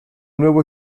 nuevo